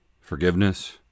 forgiveness